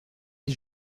les